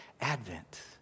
Advent